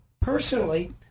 personally